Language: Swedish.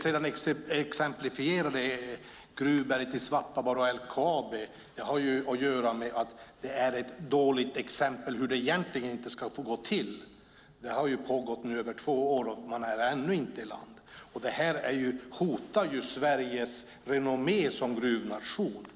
Exemplet med gruvberget i Svappavaara och LKAB visar hur det egentligen inte ska få gå till. Det har pågått i över två år nu, och man är ännu inte i land. Detta är ett exempel på något som hotar Sveriges renommé som gruvnation.